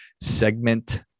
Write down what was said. segment